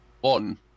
One